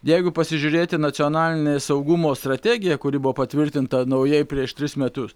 jeigu pasižiūrėti nacionalinio saugumo strategiją kuri buvo patvirtinta naujai prieš tris metus